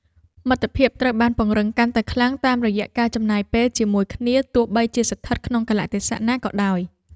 មិត្តភាពត្រូវបានពង្រឹងកាន់តែខ្លាំងតាមរយៈការចំណាយពេលជាមួយគ្នាទោះបីជាស្ថិតក្នុងកាលៈទេសៈណាក៏ដោយ។